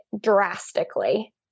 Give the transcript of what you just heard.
drastically